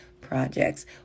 projects